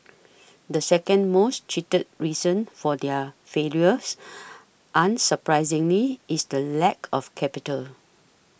the second most cheated reason for their failures unsurprisingly is the lack of capital